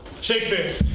Shakespeare